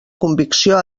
convicció